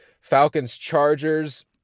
Falcons-Chargers